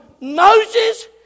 Moses